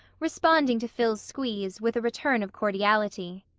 responding to phil's squeeze, with a return of cordiality.